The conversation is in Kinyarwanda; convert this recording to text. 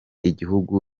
igihugu